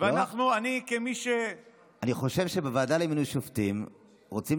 אבל אני חושב שבוועדה למינוי שופטים רוצים